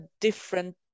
different